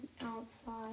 outside